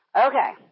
Okay